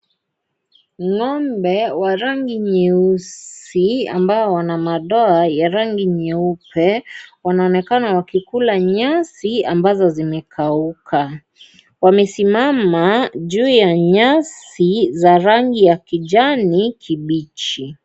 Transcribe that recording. Ngo'mbe wa rangi nyeusi ambao wana madoa ya rangi nyeupe, wanaonekana wakikula nyasi ambazo zimekauka. Wamesimama juu ya nyasi za rangi ya kijani kibichi.